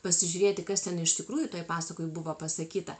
pasižiūrėti kas ten iš tikrųjų toj pasakoj buvo pasakyta